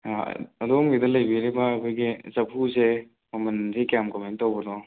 ꯑ ꯑꯗꯣꯝꯒꯤꯗ ꯂꯩꯕꯤꯔꯤꯕ ꯑꯩꯈꯣꯏꯒꯤ ꯆꯐꯨꯁꯦ ꯃꯃꯜꯁꯦ ꯀꯌꯥꯝ ꯀꯃꯥꯏ ꯇꯧꯕꯅꯣ